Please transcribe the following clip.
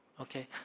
Okay